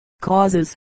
Causes